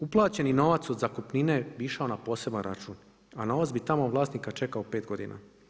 Uplaćeni novac od zakupnine bi išao na poseban račun, a novac bi tamo vlasnika čekao 5 godina.